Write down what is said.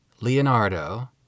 Leonardo